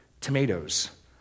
tomatoes